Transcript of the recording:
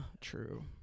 True